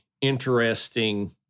interesting